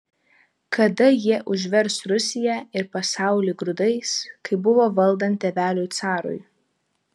kada jie užvers rusiją ir pasaulį grūdais kaip buvo valdant tėveliui carui